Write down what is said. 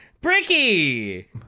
Bricky